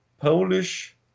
Polish